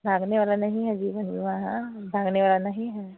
भागने वाला नहीं है जीवन बीमा है भागने वाला नहीं है